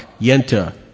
Yenta